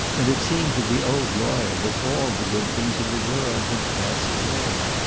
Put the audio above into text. and it seemed to the old lawyer that all the good things of the world had passed away.